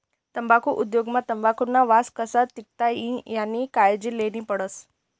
तम्बाखु उद्योग मा तंबाखुना वास कशा टिकाडता ई यानी कायजी लेन्ही पडस